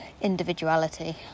individuality